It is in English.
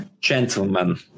gentlemen